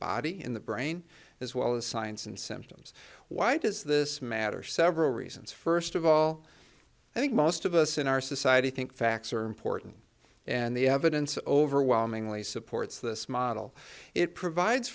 body in the brain as well as signs and symptoms why does this matter several reasons first of all i think most of us in our society think facts are important and the evidence overwhelmingly supports this model it provides